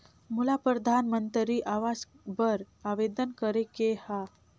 मोला परधानमंतरी आवास बर आवेदन करे के हा?